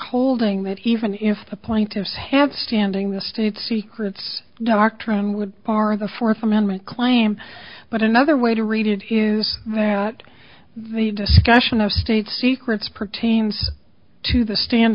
holding that even if the plaintiffs have standing the state secrets doctrine would bar the fourth amendment claim but another way to read it is that the discussion of state secrets pertains to the stand